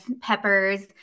peppers